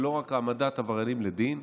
ולא רק העמדת עבריינים לדין,